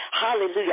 Hallelujah